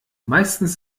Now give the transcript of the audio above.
meistens